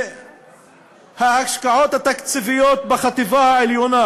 ההשקעות התקציביות בחטיבה העליונה,